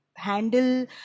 handle